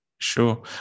Sure